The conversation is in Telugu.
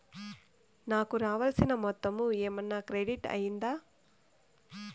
నాకు రావాల్సిన మొత్తము ఏమన్నా క్రెడిట్ అయ్యిందా